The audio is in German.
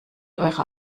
eurer